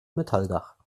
metalldach